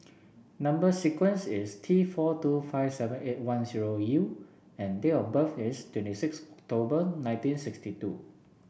number sequence is T four two five seven eight one zero U and date of birth is twenty six October nineteen sixty two